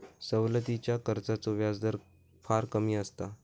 सवलतीच्या कर्जाचो व्याजदर फार कमी असता